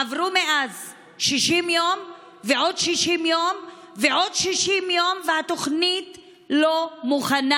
עברו מאז 60 יום ועוד 60 יום ועוד 60 יום והתוכנית לא מוכנה.